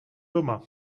doma